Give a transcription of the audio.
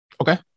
okay